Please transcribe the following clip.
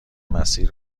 مسیر